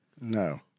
No